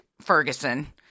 Ferguson